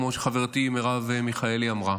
כמו שחברתי מרב מיכאלי אמרה.